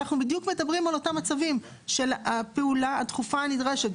אנחנו מדברים בדיוק על אותם מצבים של הפעולה הדחופה הנדרשת.